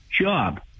job